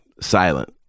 silent